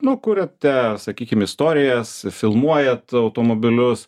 nu kuriate sakykim istorijas filmuojat automobilius